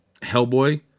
Hellboy